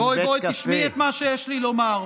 בואי תשמעי את מה שיש לי לומר.